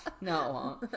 No